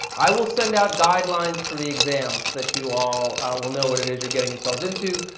i will send out guidelines for the exams that you all will know what it is you're getting yourselves into,